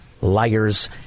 liars